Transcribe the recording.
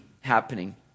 happening